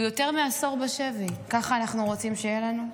יותר מעשור הוא בשבי, ככה אנחנו רוצים שיהיה לנו?